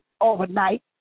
overnight